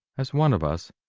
as one of us,